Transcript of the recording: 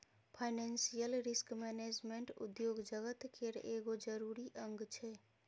financial risk management उद्योग जगत केर एगो जरूरी अंग छै